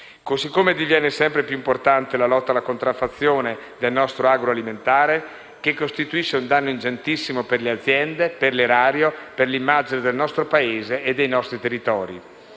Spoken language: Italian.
Così come diviene sempre più importante la lotta alla contraffazione del nostro agroalimentare, che costituisce un danno ingentissimo per le aziende, per l'erario, per l'immagine del nostro Paese e dei nostri territori.